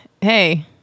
Hey